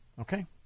Okay